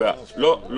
לא.